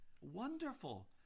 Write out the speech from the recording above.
Wonderful